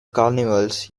carnivals